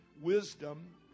wisdom